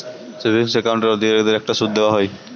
savings অ্যাকাউন্টের অধিকারীদেরকে একটা সুদ দেওয়া হয়